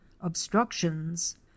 obstructions